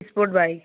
sport bike